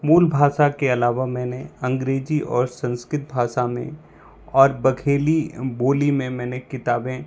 मूल भाषा के अलावा मैंने अंग्रेजी और संस्कृत भाषा में और बखेली बोली में मैंने किताबें